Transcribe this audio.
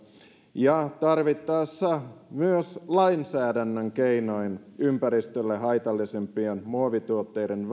ja tarvittaessa myös lainsäädännön keinoin edistää ympäristölle haitallisimpien muovituotteiden